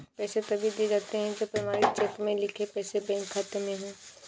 पैसे तभी दिए जाते है जब प्रमाणित चेक में लिखे पैसे बैंक खाते में हो